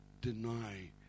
deny